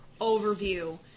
overview